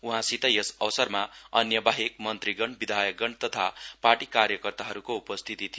उहाँसित यस अवसरमा अन्यबाहेक मन्त्रीगण विधायकगण तथा पार्टी कार्यकर्ताहरूकोको उपस्थिति थियो